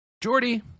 Jordy